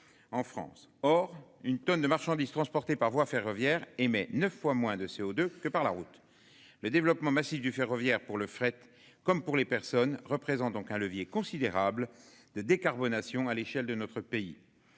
En France, or une tonne de marchandises transportées par voie ferroviaire émet 9 fois moins de CO2 que par la route le développement massif du ferroviaire pour le fret, comme pour les personnes représentent donc un levier considérable de décarbonation à l'échelle de notre pays.